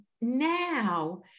now